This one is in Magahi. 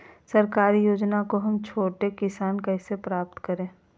सरकारी योजना को हम जैसे छोटे किसान कैसे प्राप्त करें?